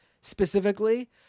specifically